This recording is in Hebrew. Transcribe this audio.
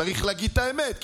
צריך להגיד את האמת,